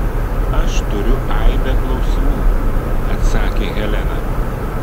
aš turiu aibę klausimų atsakė helena